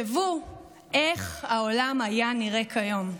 איך העולם היה נראה כיום?